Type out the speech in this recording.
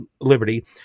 Liberty